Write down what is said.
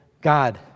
God